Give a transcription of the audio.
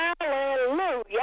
Hallelujah